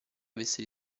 avesse